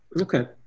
Okay